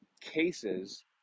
cases